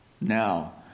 now